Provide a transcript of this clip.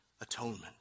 atonement